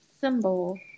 symbol